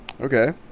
Okay